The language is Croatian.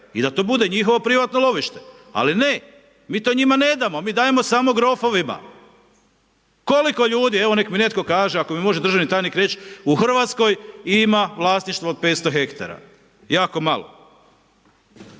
i da to bude njihovo privatno lovište? Ali ne, mi to njima ne damo, mi dajemo samo grofovima. Koliko ljudi, evo neka mi netko kaže, ako mi može državni tajnik reći u Hrvatskoj ima vlasništvo od 500 hektara? Jako malo.